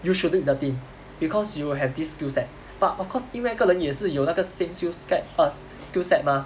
you should lead the team because you will have this skill set but of course 因为那个人也是有那个 same skill sket err skill set mah